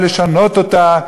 ולשנות אותה,